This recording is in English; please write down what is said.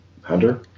Hunter